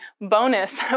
bonus